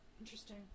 Interesting